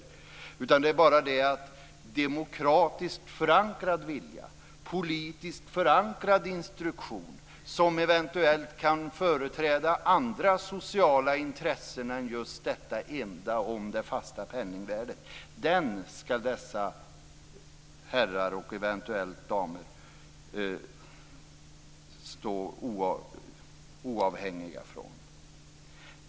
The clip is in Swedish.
Det är bara så att dessa herrar och eventuella damer skall stå oavhängiga från demokratiskt förankrad vilja, politisk förankrad instruktion, som eventuellt kan företräda andra sociala intressen än just detta enda om det fasta penningvärdet.